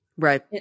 Right